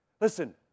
Listen